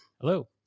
Hello